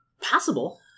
Possible